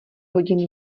hodiny